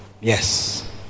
Yes